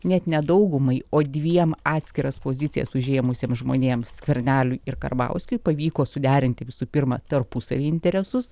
net ne daugumai o dviem atskiras pozicijas užėmusiem žmonėm skverneliui ir karbauskiui pavyko suderinti visų pirma tarpusavy interesus